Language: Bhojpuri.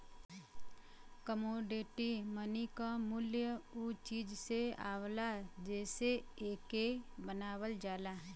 कमोडिटी मनी क मूल्य उ चीज से आवला जेसे एके बनावल जाला